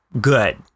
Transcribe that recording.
good